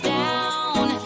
down